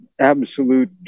absolute